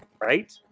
Right